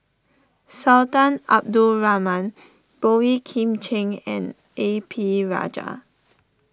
Sultan Abdul Rahman Boey Kim Cheng and A P Rajah